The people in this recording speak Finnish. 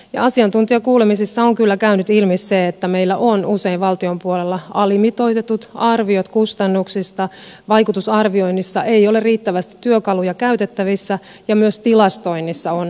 asiantuntijakuulemisissa on kyllä käynyt ilmi se että meillä on usein valtion puolella alimitoitetut arviot kustannuksista vaikutusarvioinnissa ei ole riittävästi työkaluja käytettävissä ja myös tilastoinnissa on heikkouksia